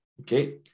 Okay